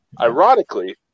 Ironically